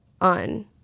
on